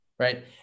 Right